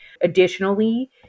Additionally